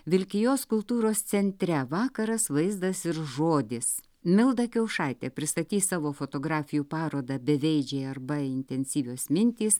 vilkijos kultūros centre vakaras vaizdas ir žodis milda kiaušaitė pristatys savo fotografijų parodą beveidžiai arba intensyvios mintys